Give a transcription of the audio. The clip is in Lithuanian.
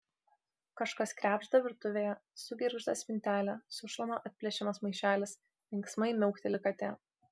kažkas krebžda virtuvėje sugirgžda spintelė sušlama atplėšiamas maišelis linksmai miaukteli katė